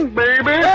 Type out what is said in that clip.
baby